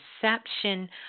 perception